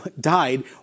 died